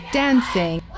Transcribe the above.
dancing